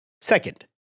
Second